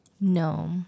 No